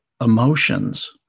emotions